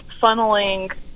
funneling